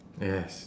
yes